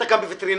אתה גם וטרינר?